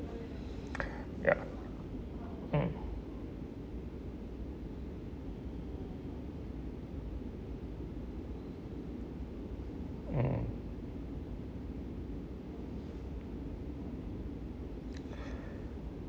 ya mm mm